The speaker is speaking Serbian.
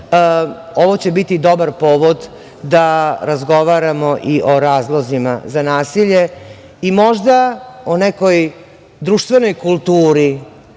ovo će biti dobar povod da razgovaramo i o razlozima za nasilje i možda o nekoj društvenoj kulturi